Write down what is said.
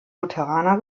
lutheraner